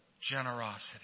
generosity